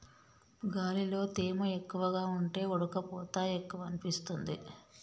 గాలిలో తేమ ఎక్కువగా ఉంటే ఉడుకపోత ఎక్కువనిపిస్తుంది